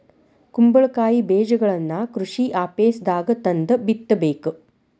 ಕುಂಬಳಕಾಯಿ ಬೇಜಗಳನ್ನಾ ಕೃಷಿ ಆಪೇಸ್ದಾಗ ತಂದ ಬಿತ್ತಬೇಕ